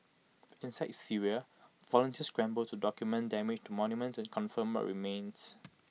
inside Syria volunteers scramble to document damage to monuments and confirm what remains